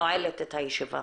אני נועלת את הישיבה.